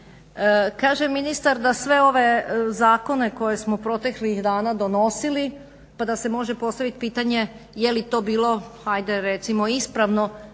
Kaže ministar da sve ove zakone koje smo proteklih dana donosili, pa da se može postavit pitanje je li to bilo hajde recimo ispravno